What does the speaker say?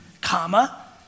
Comma